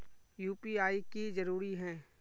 UPI की जरूरी है?